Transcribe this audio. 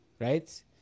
Right